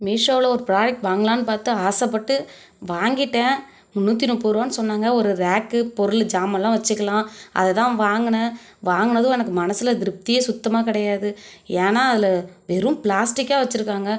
மீஷோவில ஒரு ப்ராடக்ட் வாங்கலாம்னு பார்த்து ஆசைப்பட்டு வாங்கிவிட்டேன் முன்னூற்றி முப்பது ரூவான்னு சொன்னாங்க ஒரு ரேக்கு பொருள் ஜாமாலாம் வச்சுக்கலாம் அத தான் வாங்கினேன் வாங்கினதும் எனக்கு மனசில் திருப்தியே சுத்தமாக கிடையாது ஏன்னா அதில் வெறும் பிளாஸ்டிக்காக வச்சுருக்காங்க